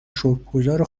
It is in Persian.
شکرگزار